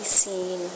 seen